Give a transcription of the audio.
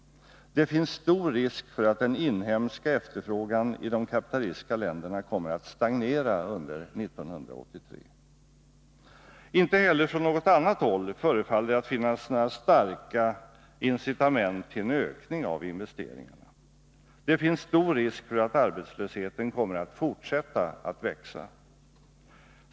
Det finns stor risk för att den inhemska efterfrågan i de kapitalistiska länderna kommer att stagnera under 1983. Inte heller från något annat håll förefaller det att finnas några starka incitament till en ökning av investeringarna. Det finns stor risk för att arbetslösheten kommer att fortsätta att växa.